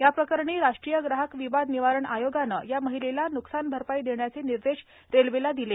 याप्रकरणी राष्ट्रीय ग्राहक विवाद निवारण अयोगानं या महिलेला न्कसान भरपाई देण्याचे निर्देश रेल्वेला दिले